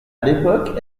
l’époque